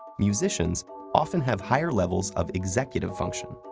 musicians often have higher levels of executive function,